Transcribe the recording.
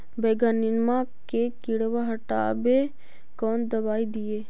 बैगनमा के किड़बा के हटाबे कौन दवाई दीए?